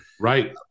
right